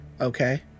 Okay